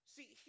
See